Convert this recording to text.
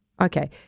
Okay